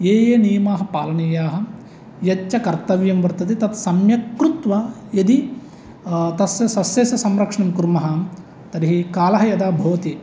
ये ये नियमाः पालनीयाः यच्च कर्तव्यं वर्तते तत् सम्यक्कृत्वा यदि तस्य सस्यस्य संरक्षणं कुर्मः तर्हि कालः यदा भवति